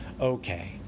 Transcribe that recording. Okay